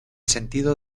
sentido